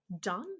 done